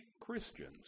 Christians